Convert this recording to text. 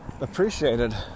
appreciated